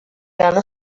ganó